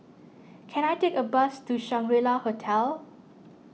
can I take a bus to Shangri La Hotel